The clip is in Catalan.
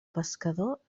pescador